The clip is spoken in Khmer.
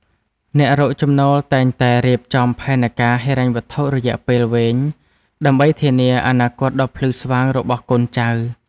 អ្នករកចំណូលតែងតែរៀបចំផែនការហិរញ្ញវត្ថុរយៈពេលវែងដើម្បីធានាអនាគតដ៏ភ្លឺស្វាងរបស់កូនចៅ។